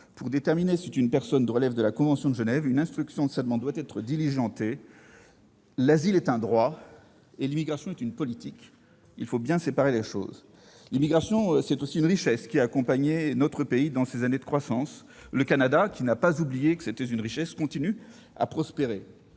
Pour déterminer si une personne relève de la convention de Genève, une instruction de sa demande doit être diligentée. L'asile est un droit quand l'immigration est une politique- il faut bien séparer les choses. Mais l'immigration est aussi une richesse. Elle a accompagné notre pays dans ses années de croissance. D'ailleurs, le Canada, qui n'a pas oublié qu'elle était une richesse, continue à prospérer